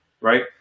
right